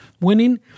winning